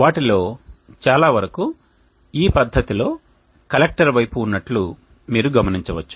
వాటిలో చాలా వరకు ఈ పద్ధతిలో కలెక్టర్ వైపు ఉన్నట్లు మీరు గమనించవచ్చు